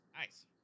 Nice